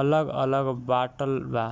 अलग अलग बाटल बा